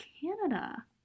canada